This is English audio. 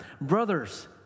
Brothers